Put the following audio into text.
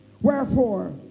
Wherefore